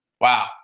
Wow